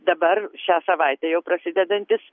dabar šią savaitę jau prasidedantys